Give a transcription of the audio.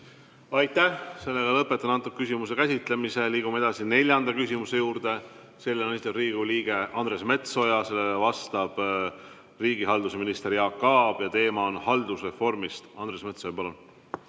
Aitäh! Lõpetan antud küsimuse käsitlemise. Liigume edasi neljanda küsimuse juurde. Selle on esitanud Riigikogu liige Andres Metsoja, sellele vastab riigihalduse minister Jaak Aab. Teema on haldusreform. Andres Metsoja, palun!